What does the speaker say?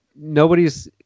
Nobody's